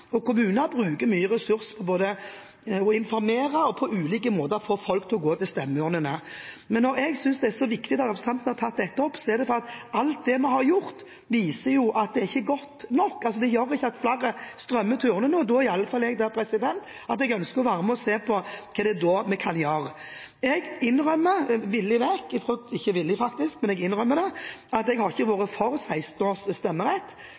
og kommuner bruker mye ressurser både på å informere og på ulike måter for å få folk til å gå til stemmeurnene. Men når jeg synes det er så viktig at representanten har tatt opp dette, er det fordi at alt det vi har gjort, viser at det ikke er godt nok – det gjør ikke at flere strømmer til urnene – og da ønsker i alle fall jeg å være med og se på hva vi da kan gjøre. Jeg innrømmer villig vekk – ikke villig, faktisk, men jeg innrømmer det – at jeg ikke har vært for stemmerett for 16-åringer, det har ikke Arbeiderpartiet vært